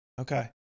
Okay